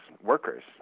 workers